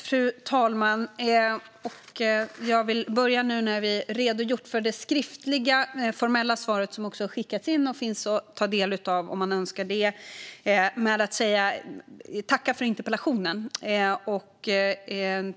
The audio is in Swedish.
Fru talman! Nu när jag har lämnat mitt formella interpellationssvar, som också har skickats in och som finns att ta del av, vill jag tacka för interpellationen.